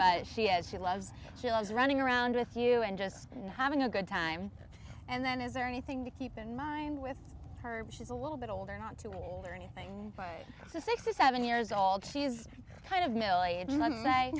but she has she loves she loves running around with you and just having a good time and then is there anything to keep in mind with her she's a little bit older not too old or anything but sixty seven years old she's kind of m